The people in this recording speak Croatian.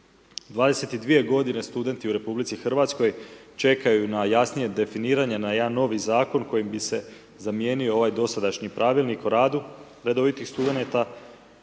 22 godine studenti u RH čekaju na jasnije definiranje, na jedan novi zakon kojim bi se zamijenio ovaj dosadašnji pravilnik o radu, redovitih studenata